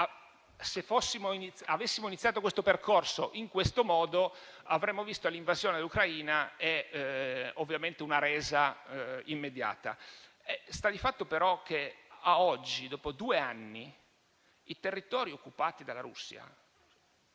se avessimo iniziato il percorso in questo modo, avremmo visto l'invasione dell'Ucraina e ovviamente una resa immediata. Sta di fatto però che a oggi, dopo due anni, i territori occupati dalla Russia